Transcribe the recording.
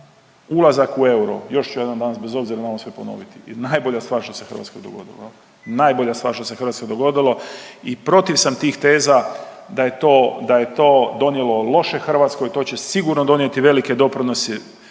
ulazak u euro, još ću jednom danas bez obzira na ovo sve ponoviti je najbolja stvar što se Hrvatskoj dogodilo, najbolja stvar što se Hrvatskoj dogodilo. I protiv sam tih teza da je to donijelo loše Hrvatskoj, to će sigurno donijeti velike doprinose